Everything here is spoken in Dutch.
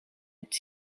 het